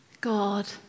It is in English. God